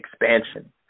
expansion